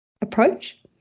approach